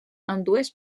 ambdues